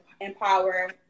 empower